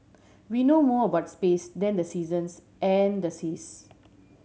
we know more about space than the seasons and the seas